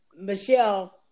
Michelle